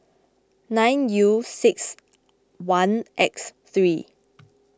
nine U six one X three